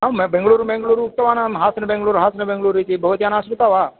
आम् बेङ्गलूरु बेङ्गलूरु उक्तवान् अहं हासन बेङ्गलूरु हासन बेङ्गलूरु इति भवत्या न श्रुता वा